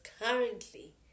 currently